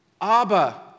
Abba